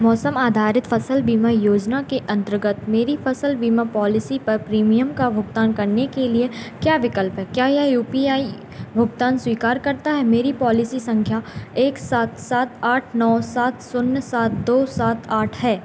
मौसम आधारित फ़सल बीमा योजना के अन्तर्गत मेरी फ़सल बीमा पॉलिसी पर प्रीमियम का भुगतान करने के लिए क्या विकल्प है क्या यह यू पी आई भुगतान स्वीकार करता है मेरी पॉलिसी सँख्या एक सात सात आठ नौ सात शून्य सात दो सात आठ है